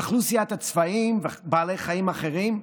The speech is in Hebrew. אוכלוסיית הצבאים ובעלי חיים אחרים הידלדלה.